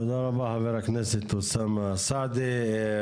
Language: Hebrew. תודה רבה חבר הכנסת אוסאמה סעדי.